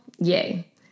yay